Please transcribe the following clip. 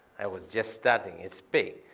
i was just starting. it's big.